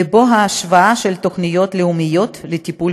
ובו השוואה של תוכניות לאומיות לטיפול